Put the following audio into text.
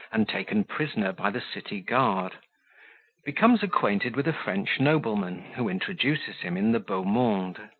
and taken prisoner by the city guard becomes acquainted with a french nobleman, who introduces him in the beau monde.